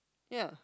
ya